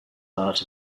part